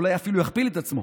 ואולי אפילו יכפיל את עצמו.